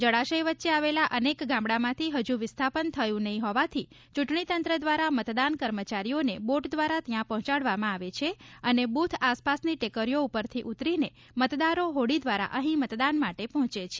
જળાશય વચ્ચે આવેલા અનેક ગામડામાંથી હજુ વિસ્થાપન થયું નહિં હોવાથી ચૂંટણીતંત્ર દ્વારા મતદાન કર્મચારીઓને બોટ દ્વારા ત્યાં પહોંચાડવામાં આવે છે અને બુથ આસપાસની ટેકરીઓ ઉપરથી ઉતરીને મતદારો હોડી દ્વારા અહીં મતદાન માટે પહોંચે છે